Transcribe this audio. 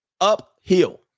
Uphill